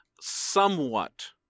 somewhat